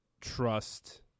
trust